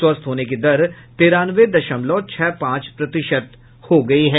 स्वस्थ होने की दर तिरानवे दशमलव छह पांच प्रतिशत हो गई है